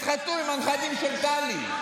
הם יתחתנו עם הנכדים של טלי.